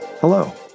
Hello